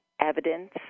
evidence